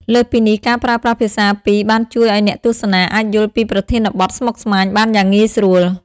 លើសពីនេះ ការប្រើប្រាស់ភាសាពីរបានជួយឱ្យអ្នកទស្សនាអាចយល់ពីប្រធានបទស្មុគស្មាញបានយ៉ាងងាយស្រួល។